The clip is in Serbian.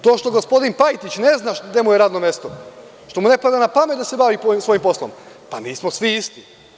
To što gospodin Pajtić ne zna gde mu je radno mesto, što mu ne pada na pamet da se bavi svojim poslom, pa nismo svi isti.